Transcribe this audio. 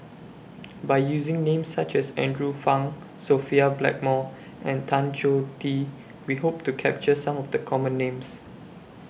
By using Names such as Andrew Phang Sophia Blackmore and Tan Choh Tee We Hope to capture Some of The Common Names